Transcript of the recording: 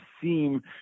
seem